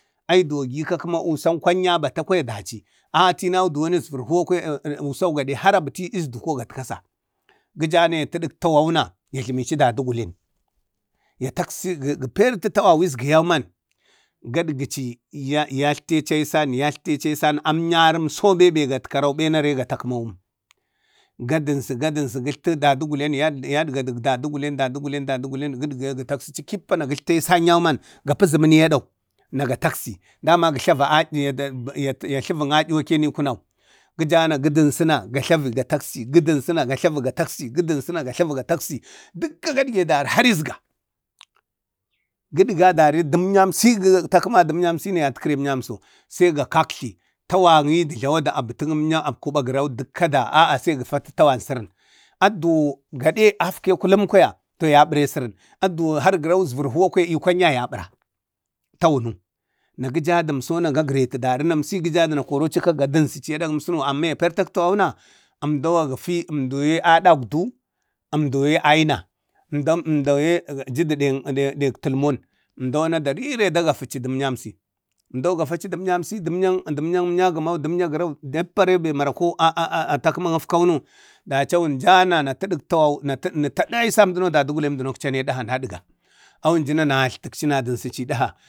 agiduwon gikama usan kwan yaye buta kwaya dachi ə'a təmau duwon əsvar kwaya usau gade harabəti i usdu ko katkasa. Gəja a ya təɗak tawauna yajləmichi dədəgulen. Ya taksa ya pertu tawan isgaga yuman gaɗgəhci yatlteci aisan, yatltechi aisan amnyarinso bembe gatkərawu bena katkarawum, gadənsi gadənsi, gətltu dədəngulewna, yadgadu dadugulen, dadugulen, dadugulen ga taksaci kippa gəpa aisan yauman gadgəkchi dek zəmani adau na ga taksi, dəman ya tləvən a'yuwakeni kunau, gədana, ga tlavi ga taksi, gədana gatlavi ga taksi. Gə dənsəna ga tlavi gatlaci iasan, gaɗau na gatlate dauna ga taksi, gə dənsəna n tlavi ga taksi, dəkka gaɗge dari has izga gaɗga dari dəmnyansi gə təkama na katkari dəmnyamso. See ga kaktli tawaŋi də jlawa abitin emyan kagri ko anauta dama a nauta pəm, a'a sai gəpa tawan sərən atədəwon gaɗe a atfe kulum kwaya ya ɓare isəran. Tadəwon har gərawu asvər gwayn i kwan yaye ya bara. Tawunu na geja dansona da fəri na kori gəjadu əmsina gadansi iyaɗan amma ya partak gayaksak tawauna əmdau a gəfi əmdo ye egdu əmdaye adak ukdu aina, əmdoyo jədu dəng deng talmon. zmdo ana dəri ne dagafa ci dəmuyamsi, emdogafaci dumyamsi dəmnya yagəmau damya gaəran irenbe marakwau. Aaa takəməŋ akfeuno dachi awunjana a wun a tadak tawau nata aisam duno dadugulem, əndano akcane dəhaaa aɗga.